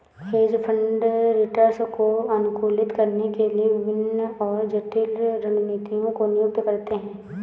hedge fund return को अनुकूलित करने के लिए विभिन्न और जटिल रणनीतियों को नियुक्त करते हैं